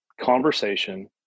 conversation